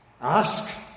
ask